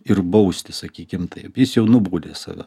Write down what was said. ir bausti sakykim taip jis jau nubaudė save